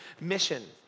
mission